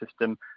system